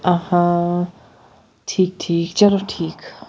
اَہا ٹھیٖک ٹھیٖک چلو ٹھیٖک